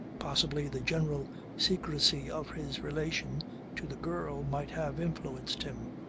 possibly the general secrecy of his relation to the girl might have influenced him.